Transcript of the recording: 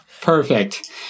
Perfect